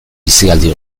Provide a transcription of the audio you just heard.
bizialdi